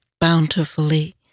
bountifully